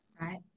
right